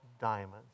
diamonds